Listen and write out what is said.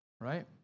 right